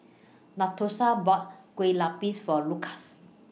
Natosha bought Kue Lupis For Lukas